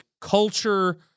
culture